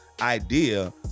idea